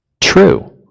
True